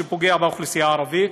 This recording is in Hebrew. שפוגע באוכלוסייה הערבית,